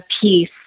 peace